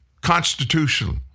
constitutional